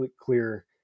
clear